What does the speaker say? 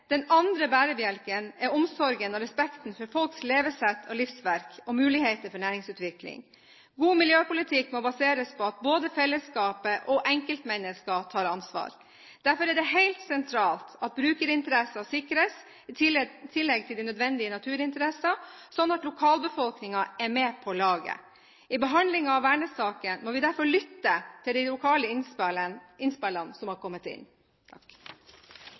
Den andre bærebjelken er omsorgen og respekten for folks levesett og livsverk og muligheter for næringsutvikling. God miljøpolitikk må baseres på at både fellesskapet og enkeltmennesker tar ansvar. Derfor er det helt sentralt at brukerinteresser sikres, i tillegg til de nødvendige naturinteresser, slik at lokalbefolkningen er med på laget. I behandlingen av vernesakene må vi derfor lytte til de lokale innspillene som har kommet inn.